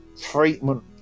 treatment